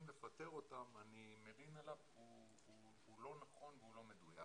לפטר אותם הוא לא נכון והוא לא מדויק.